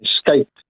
escaped